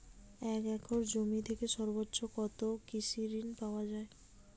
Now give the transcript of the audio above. এক একর জমি থেকে সর্বোচ্চ কত কৃষিঋণ পাওয়া য়ায়?